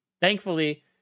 thankfully